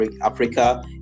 Africa